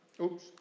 Oops